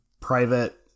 private